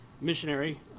missionary